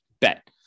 bet